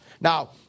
Now